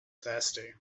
thirsty